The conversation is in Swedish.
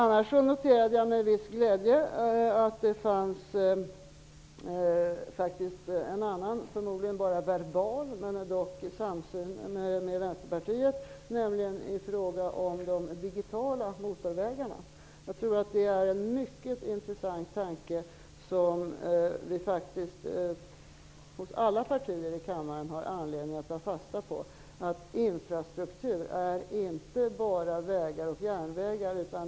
Jag noterade med viss glädje att det finns en annan, förmodligen bara verbal, samsyn för Vänsterpartiet och Folkpartiet, nämligen i fråga om de digitala motorvägarna. Jag tror att det är en mycket intressant tanke, som vi i alla partier i kammaren har anledning att ta fasta på. Infrastruktur är inte bara vägar och järnvägar.